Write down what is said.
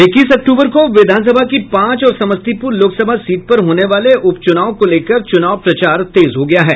इक्कीस अक्टूबर को विधानसभा की पांच और समस्तीपुर लोकसभा सीट पर होने वाले उपचुनाव को लेकर चुनाव प्रचार तेज हो गया है